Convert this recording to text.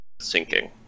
sinking